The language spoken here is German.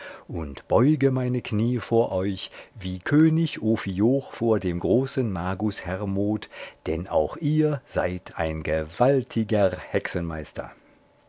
und beuge meine knie vor euch wie könig ophioch vor dem großen magus hermod denn auch ihr seid ein gewaltiger